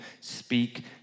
speak